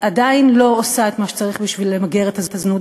עדיין לא עושה את מה שצריך בשביל למגר את הזנות.